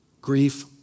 Grief